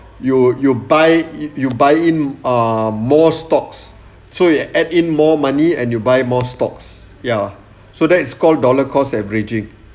you you buy you buy in ah more stocks so you add in more money and you buy more stocks ya so that is called dollar cost averaging